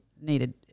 needed